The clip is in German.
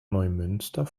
neumünster